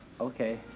Okay